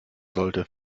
sollte